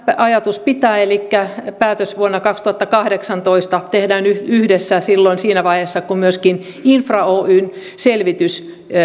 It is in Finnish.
ajatus pitää elikkä päätös vuonna kaksituhattakahdeksantoista tehdään yhdessä siinä vaiheessa kun myöskin infra oyn selvitys